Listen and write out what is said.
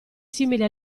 simili